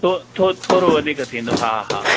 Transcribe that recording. थो थो थोरो वधीक थींदो हा हा